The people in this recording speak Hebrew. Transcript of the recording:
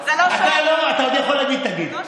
אתה עוד יכול להגיד את הגיל.